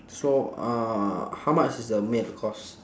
so uh how much is the meal cost